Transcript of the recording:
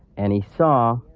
and he saw